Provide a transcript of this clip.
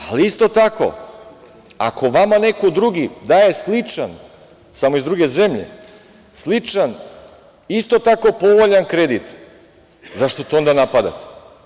Ali, isto tako, ako vama neko drugi daje sličan, samo iz druge zemlje, sličan, isto tako povoljan kredit, zašto to onda napadate?